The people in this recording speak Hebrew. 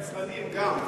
הקצרנים גם,